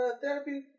therapy